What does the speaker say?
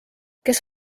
kes